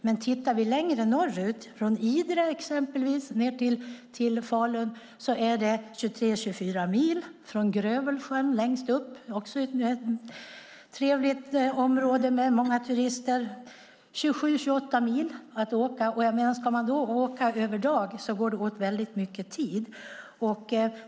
Men tittar vi längre norrut ser vi att det exempelvis från Idre ned till Falun är 23-24 mil. Från Grövelsjön längst upp, ett trevligt område med många turister, är det 27-28 mil att åka. Ska man då åka över dagen går det åt väldigt mycket tid.